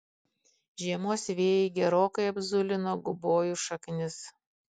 žiemos vėjai gerokai apzulino gubojų šaknis